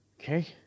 Okay